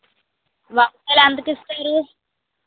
వంకాయలు ఎంతకు ఇస్తారు